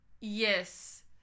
Yes